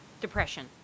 depression